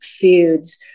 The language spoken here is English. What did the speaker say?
foods